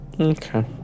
Okay